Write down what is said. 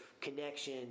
connection